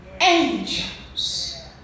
angels